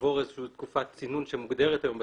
כעבור איזו שהיא תקופת צינון שמוגדרת היום בתקש"יר,